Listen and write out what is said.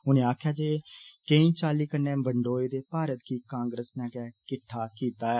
उनें आक्खेआ च केई चाल्ली कन्नै बंडोए दे भारत गी कांग्रेस ने किद्दा कीता ऐ